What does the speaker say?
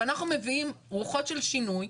אנחנו מביאים רוחות של שינוי,